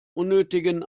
unnötigen